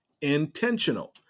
intentional